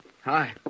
Hi